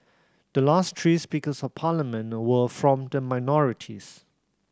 the last three Speakers of Parliament were from the minorities